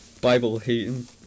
Bible-hating